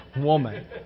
Woman